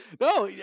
No